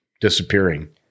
disappearing